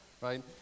right